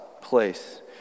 place